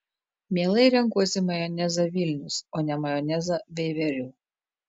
mielai renkuosi majonezą vilnius o ne majonezą veiverių